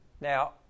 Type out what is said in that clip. now